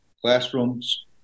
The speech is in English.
Classrooms